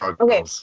Okay